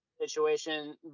situation